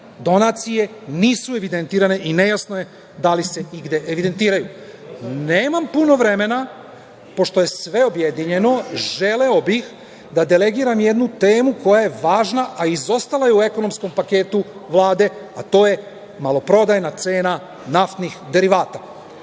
donacije nisu evidentirane i nejasno je da li se igde evidentiraju. Nemam puno vremena, pošto je sve objedinjeno, želeo bih da delegiram jednu temu koja je važna, a izostala je u ekonomskom paketu Vlade, a to je maloprodajna cena naftnih derivata. Dakle,